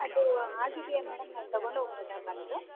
ಅದು ಆಗಿದೆಯಾ ಮೇಡಮ್ ನಾವು ತೊಗೊಂಡು ಹೋಗಬಹುದಾ ಬಂದು